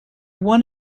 one